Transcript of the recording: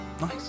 Nice